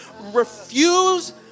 refuse